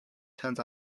turns